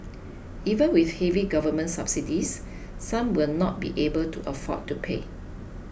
even with heavy government subsidies some will not be able to afford to pay